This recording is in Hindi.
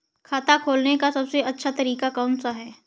खाता खोलने का सबसे अच्छा तरीका कौन सा है?